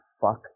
fuck